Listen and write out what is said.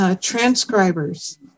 transcribers